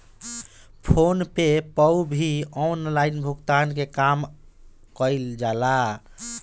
phone पे पअ भी ऑनलाइन भुगतान के काम कईल जाला